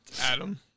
Adam